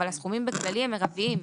אבל הסכומים בכללי הם מרביים.